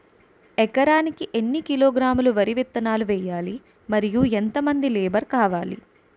ఎకరానికి ఎన్ని కిలోగ్రాములు వరి విత్తనాలు వేయాలి? మరియు ఎంత మంది లేబర్ కావాలి?